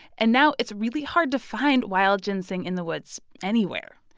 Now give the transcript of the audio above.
and now, it's really hard to find wild ginseng in the woods anywhere.